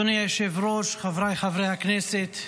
אדוני היושב-ראש, חבריי חברי הכנסת,